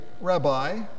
Rabbi